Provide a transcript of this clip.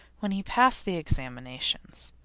when he passed the examinations.